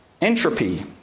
Entropy